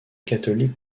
catholique